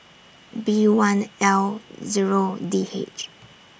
B one L Zero D H